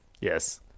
Yes